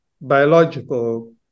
biological